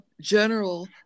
general